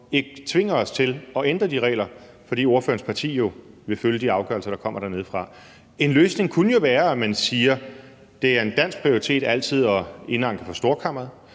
ikke tvinger os til at ændre de regler, fordi ordførerens parti jo vil følge de afgørelser, der kommer dernedefra? En løsning kunne jo være, at man siger, at det altid er en dansk prioritet at indanke det for Storkammeret.